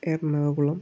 Ernakulam